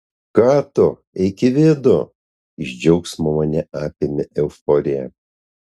ką tu eik į vidų iš džiaugsmo mane apėmė euforija